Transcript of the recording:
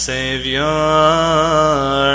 Savior